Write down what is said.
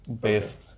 based